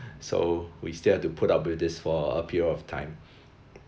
so we still have to put up with this for a period of time